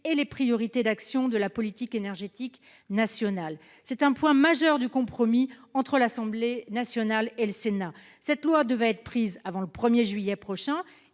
et les priorités d'action de la politique énergétique nationale. C'est un point majeur du compromis entre l'Assemblée nationale et le Sénat, cette loi devait être prise avant le 1er juillet prochain